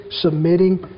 submitting